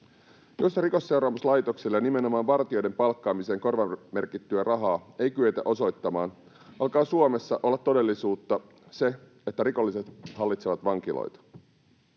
Jos Rikosseuraamuslaitokselle ja nimenomaan vartijoiden palkkaamiseen korvamerkittyä rahaa ei kyetä osoittamaan, alkaa Suomessa olla todellisuutta se, että rikolliset hallitsevat vankiloita.